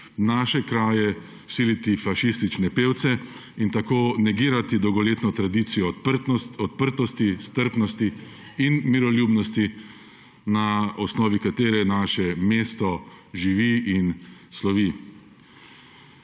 naše kraje siliti fašistične pevce in tako negirati dolgoletno tradicijo odprtosti, strpnosti in miroljubnosti, na osnovi katere naše mesto živi in slovi.